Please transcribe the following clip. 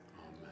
Amen